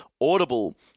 Audible